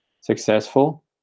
successful